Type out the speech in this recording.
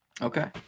Okay